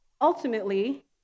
ultimately